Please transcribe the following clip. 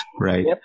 right